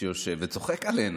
שיושב וצוחק עלינו,